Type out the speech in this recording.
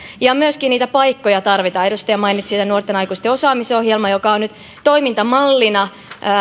ja myöskin niitä paikkoja tarvitaan edustaja mainitsi tämän nuorten aikuisten osaamisohjelman joka on nyt toimintamallina